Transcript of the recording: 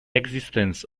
existence